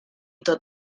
tot